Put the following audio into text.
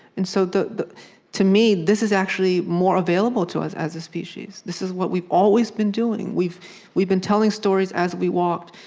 and so, to me, this is actually more available to us as a species this is what we've always been doing. we've we've been telling stories as we walked.